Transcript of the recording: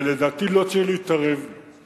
ולדעתי, לא צריך להתערב בו.